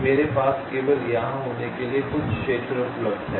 मेरे पास केवल यहाँ होने के लिए कुल क्षेत्र उपलब्ध है